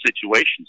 situations